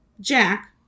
Jack